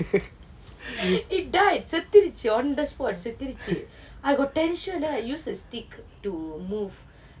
it died செத்துருச்சு:setthuruchu on the spot I got tension then I used the stick to move